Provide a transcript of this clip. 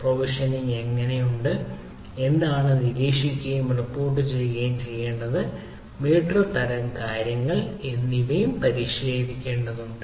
provisioning എങ്ങനെയുണ്ട് എന്താണ് നിരീക്ഷിക്കുകയും റിപ്പോർട്ടുചെയ്യുകയും ചെയ്യേണ്ടത് മീറ്റർ തരം കാര്യങ്ങൾ എന്നിവ പരിശോധിക്കേണ്ടതുണ്ട്